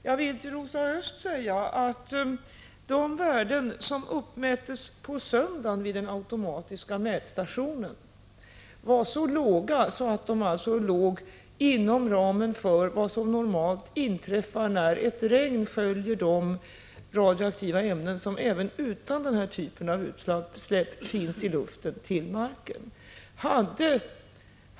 Jag vill till Rosa Östh säga att de värden som uppmättes på söndagen vid den automatiska mätstationen var så låga att de låg inom ramen för vad som normalt inträffar när ett regn sköljer de radioaktiva ämnen till marken, vilka även utan denna typ av utsläpp finns i luften.